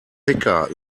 thicker